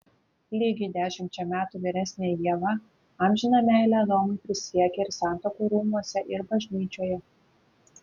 lygiai dešimčia metų vyresnė ieva amžiną meilę adomui prisiekė ir santuokų rūmuose ir bažnyčioje